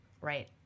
Right